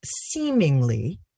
seemingly